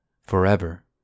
forever